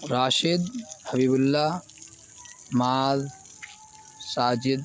Rashid Habib Allah Muaz Sajid